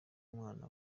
mwana